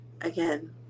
again